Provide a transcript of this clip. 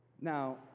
Now